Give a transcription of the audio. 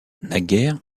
naguère